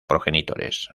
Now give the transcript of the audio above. progenitores